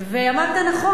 ואמרת נכון,